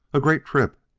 a great trip,